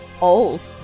Old